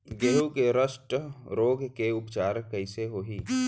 गेहूँ के रस्ट रोग के उपचार कइसे होही?